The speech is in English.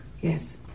yes